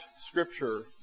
scripture